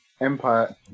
Empire